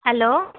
hello